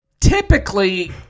typically